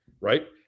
Right